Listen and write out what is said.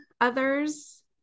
others